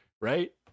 right